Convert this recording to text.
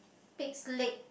pig's leg